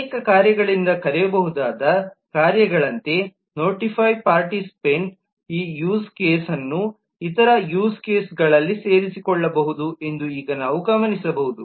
ಅನೇಕ ಕಾರ್ಯಗಳಿಂದ ಕರೆಯಬಹುದಾದ ಕಾರ್ಯಗಳಂತೆ ನೋಟಿಫ್ಯ್ ಪಾರ್ಟಿಸಿಪೇನ್ಟ್ ಈ ಯೂಸ್ ಕೇಸ್ನ್ನು ಇತರ ಯೂಸ್ ಕೇಸ್ಗಳಲ್ಲಿ ಸೇರಿಸಿಕೊಳ್ಳಬಹುದು ಎಂದು ಈಗ ನಾವು ಗಮನಿಸಬಹುದು